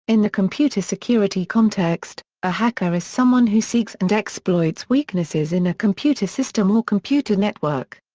in the computer security context, a hacker is someone who seeks and exploits weaknesses in a computer system or computer network.